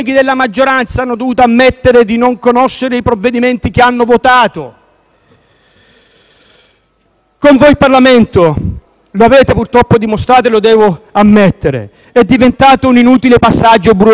Con voi il Parlamento - lo avete purtroppo dimostrato e lo devo ammettere - è diventato un inutile passaggio burocratico per i vostri capricci politici e i vostri provvedimenti *spot*.